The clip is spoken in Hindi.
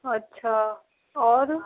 अच्छा और